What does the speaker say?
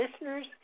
listeners